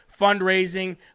fundraising